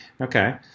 Okay